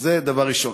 אז זה דבר ראשון.